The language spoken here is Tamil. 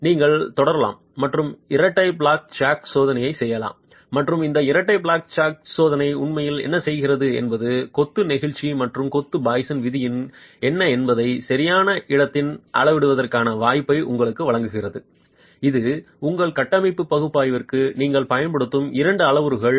நீங்கள் தொடரலாம் மற்றும் இரட்டை பிளாட் ஜாக் சோதனை செய்யலாம் மற்றும் இந்த இரட்டை பிளாட் ஜாக் சோதனை உண்மையில் என்ன செய்கிறது என்பது கொத்து நெகிழ்ச்சி மற்றும் கொத்து பாய்சனின் விகிதம் என்ன என்பதை சரியான இடத்தின் அளவிடுவதற்கான வாய்ப்பை உங்களுக்கு வழங்குகிறது இது உங்கள் கட்டமைப்பு பகுப்பாய்விற்கு நீங்கள் பயன்படுத்தும் இரண்டு அளவுருக்கள்